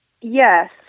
yes